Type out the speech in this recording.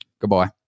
Goodbye